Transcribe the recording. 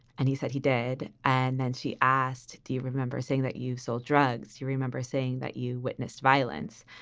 and he said he did. and then she asked, do you remember saying that you sold drugs? you remember saying that you witnessed violence.